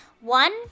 one